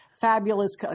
fabulous